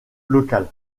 local